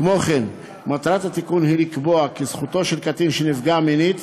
כי זכותו של קטין שנפגע מינית